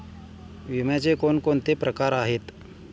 विम्याचे कोणकोणते प्रकार आहेत?